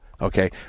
Okay